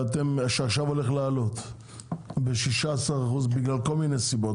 שעכשיו הולך לעלות ב-16% בגלל כל מיני סיבות,